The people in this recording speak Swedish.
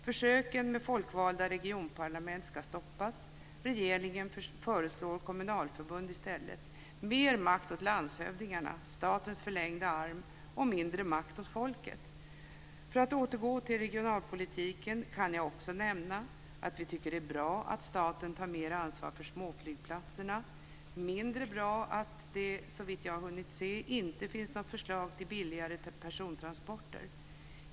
Försöken med folkvalda regionparlament ska stoppas. Regeringen föreslår i stället att man ska inrätta kommunalförbund. Mer makt åt landshövdingarna - statens förlängda arm - och mindre makt åt folket! För att återgå till regionalpolitiken kan jag också nämna att vi tycker att det är bra att staten tar mer ansvar för småflygplatserna, men det är mindre bra att det - såvitt jag har hunnit att se - inte finns något förslag till billigare persontransporter.